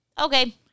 Okay